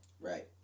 Right